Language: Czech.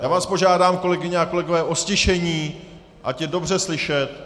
Já vás požádám, kolegyně a kolegové, o ztišení, ať je dobře slyšet.